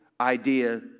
idea